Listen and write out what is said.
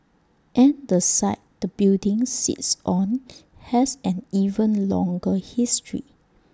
and the site the building sits on has an even longer history